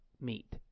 meet